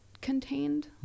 contained